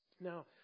Now